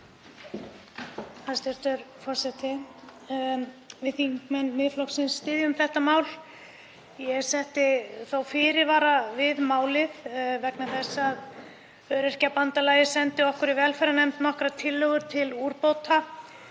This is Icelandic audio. Hæstv. forseti. Við þingmenn Miðflokksins styðjum þetta mál. Ég setti þó fyrirvara við málið vegna þess að Öryrkjabandalagið sendi okkur í velferðarnefnd nokkrar tillögur til úrbóta.